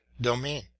domain